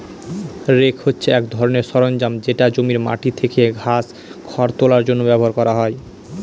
rake হছে এক ধরনের সরঞ্জাম যেটা জমির মাটি থেকে ঘাস, খড় তোলার জন্য ব্যবহার করা হয়